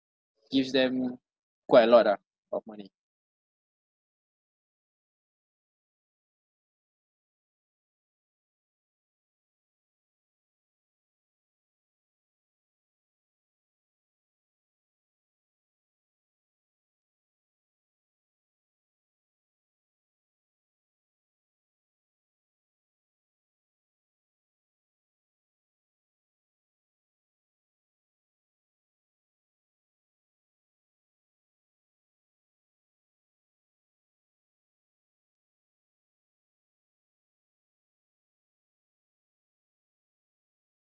gives them quite a lot ah of money